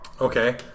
Okay